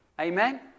Amen